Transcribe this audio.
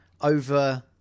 over